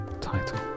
title